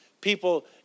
People